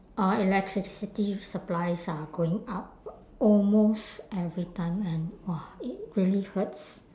uh electricity supplies are going up almost every time and !wah! it really hurts